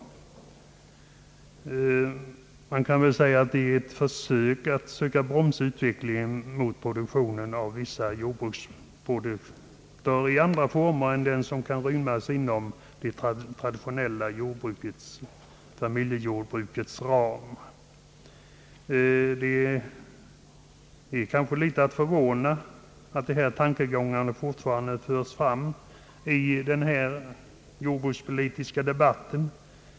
Detta kan sägas vara ett försök att bromsa utvecklingen mot jordbruksproduktion i andra former än de som kan rymmas inom det traditionella familjejordbrukets ram. Det är kanske något förvånande att dessa tankegångar fortfarande förs fram i den jordbrukspolitiska debatten.